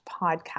podcast